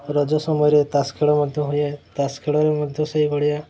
ରଜ ସମୟରେ ତାସ୍ ଖେଳ ମଧ୍ୟ ହୁଏ ତାସ୍ ଖେଳରେ ମଧ୍ୟ ସେଇଭଳିଆ